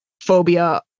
phobia